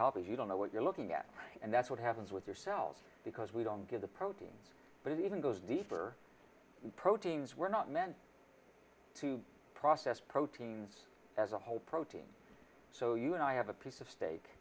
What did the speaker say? copies you don't know what you're looking at and that's what happens with yourselves because we don't get the proteins but it even goes deeper proteins were not meant to be processed proteins as a whole protein so you and i have a piece of steak